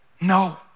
No